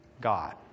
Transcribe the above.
God